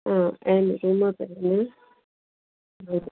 आहिनि रूम बि आहिनि हा